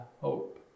hope